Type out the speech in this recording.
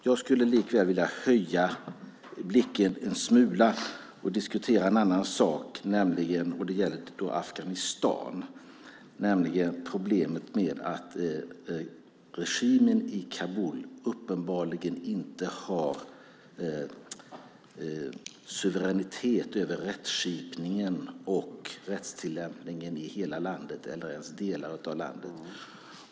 Jag skulle likväl vilja höja blicken en smula och diskutera en annan sak som gäller Afghanistan, nämligen problemet med att regimen i Kabul uppenbarligen inte har suveränitet över rättskipningen och rättstillämpningen i hela landet eller ens delar av landet.